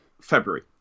February